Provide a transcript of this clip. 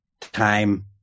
time